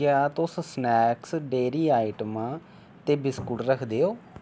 क्या तुस snacks dairy आइटमां ते बिस्कुट रखदे ओ